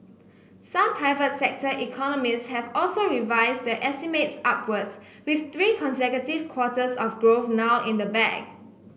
some private sector economists have also revised their estimates upwards with three consecutive quarters of growth now in the bag